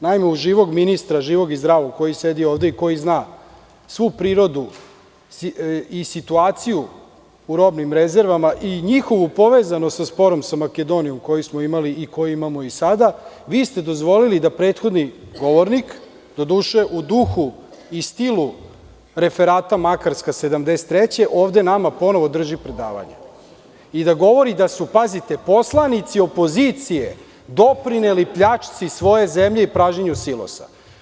Naime, uz živog ministra, živog i zdravog koji sedi ovde i koji zna svu prirodu i situaciju u robnim rezervama, kao i njihovu povezanost sa sporom sa Makedonijom koji smo imali i koji imamo i sada, vi ste dozvolili da prethodni govornik, doduše u duhu i stilu referata Makarska '73, ovde nama ponovo drži predavanje i da govori da su, pazite, poslanici opozicije doprineli pljački svoje zemlje i pražnjenju silosa.